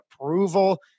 approval